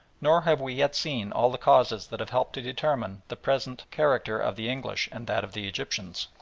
nor have we yet seen all the causes that have helped to determine the present character of the english and that of the egyptians.